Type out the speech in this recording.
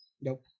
Nope